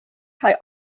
kaj